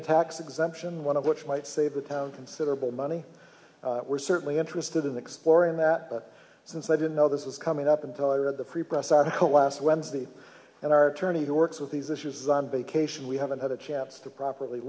tax exemption one of which might save the town considerable money we're certainly interested in exploring that but since i didn't know this was coming up until i read the free press article last wednesday and our attorney who works with these issues is on vacation we haven't had a chap's to properly